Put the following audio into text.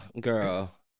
girl